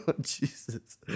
Jesus